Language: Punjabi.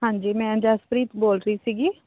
ਹਾਂਜੀ ਮੈਂ ਜਸਪ੍ਰੀਤ ਬੋਲ ਰਹੀ ਸੀਗੀ